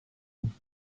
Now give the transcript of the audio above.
leave